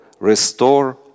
Restore